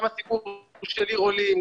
גם הסיפור של עיר עולים,